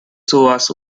subas